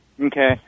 Okay